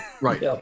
Right